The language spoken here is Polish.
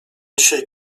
dzisiaj